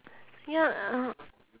ya uh